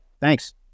Thanks